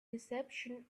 reception